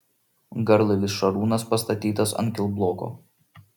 garlaivis šarūnas pastatytas ant kilbloko